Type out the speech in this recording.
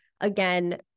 again